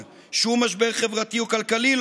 פועל שחור מותר להגיד,